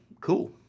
cool